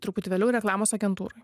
truputį vėliau reklamos agentūroj